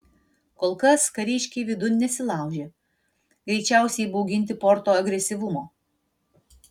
kol kas kariškiai vidun nesilaužė greičiausiai įbauginti porto agresyvumo